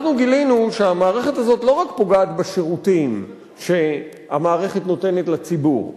אנחנו גילינו שהמערכת הזאת לא רק פוגעת בשירותים שהמערכת נותנת לציבור,